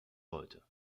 wollte